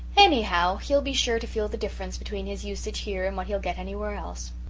anyhow, he'll be sure to feel the difference between his usage here and what he'll get anywhere else.